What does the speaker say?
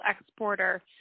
exporter